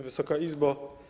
Wysoka Izbo!